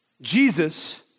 Jesus